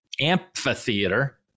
amphitheater